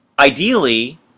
ideally